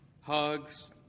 hugs